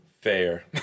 Fair